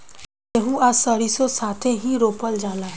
गेंहू आ सरीसों साथेही रोपल जाला